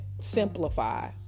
simplify